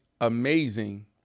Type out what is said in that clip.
amazing